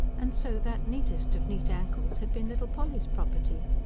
and so that neatest of neat ankles had been little polly's property!